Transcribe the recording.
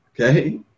Okay